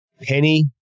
Penny